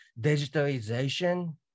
digitalization